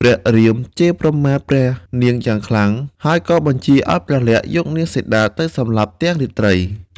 ព្រះរាមជេរប្រមាថព្រះនាងយ៉ាងខ្លាំង ហើយក៏បញ្ជាឱ្យព្រះលក្សណ៍យកនាងសីតាទៅសម្លាប់ទាំងរាត្រី។